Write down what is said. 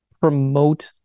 promote